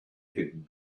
hidden